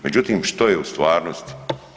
Međutim, što je u stvarnosti?